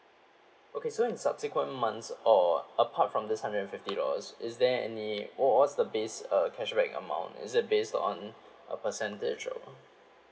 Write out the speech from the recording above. okay so in subsequent months or apart from this hundred and fifty dollars is there any wh~ what's the base uh cashback amount is it based on a percentage or